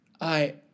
I